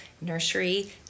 nursery